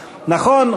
נכון?